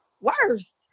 worse